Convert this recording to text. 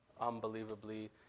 unbelievably